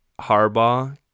Harbaugh